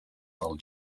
del